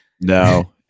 no